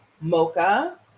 mocha